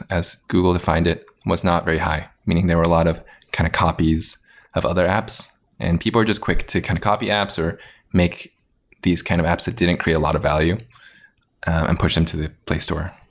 as google defined it, was not very high. meaning, there were a lot of kind of copies of other apps and people are just quick to kind of copy apps or make these kind of apps that didn't create a lot of value and push them to the play store.